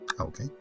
Okay